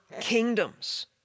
kingdoms